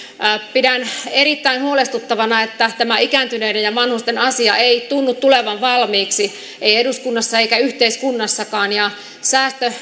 pidän erittäin huolestuttavana että tämä ikääntyneiden ja vanhusten asia ei tunnu tulevan valmiiksi ei eduskunnassa eikä yhteiskunnassakaan säästöt